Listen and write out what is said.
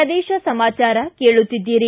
ಪ್ರದೇಶ ಸಮಾಚಾರ ಕೇಳುತ್ತೀದ್ದಿರಿ